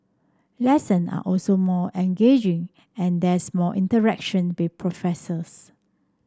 lesson are also more engaging and there's more interaction with professors